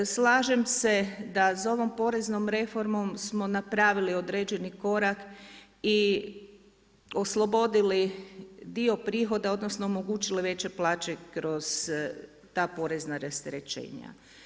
Slažem se da s ovom poreznom reformom smo napravili određeni korak i oslobodili dio prihoda odnosno omogućili veće plaće kroz ta porezna rasterećenja.